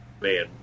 man